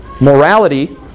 Morality